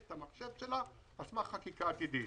את המחשב שלה על סמך חקיקה עתידית.